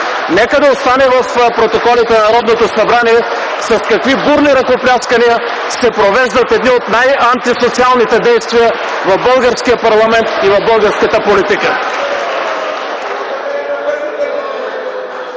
Нека да остане в протоколите на Народното събрание с какви бурни ръкопляскания се провеждат едни от най-антисоциалните действия в българския парламент и в българската политика.